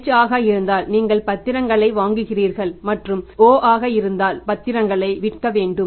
h ஆக இருந்த நீங்கள் பத்திரங்களை வாங்குகிறீர்கள் மற்றும் o ஆக இருந்தால் பத்திரங்களை விற்க வேண்டும்